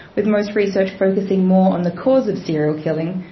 with most research focusing more on the cause of serial killing,